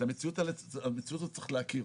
את המציאות הזו צריך להכיר,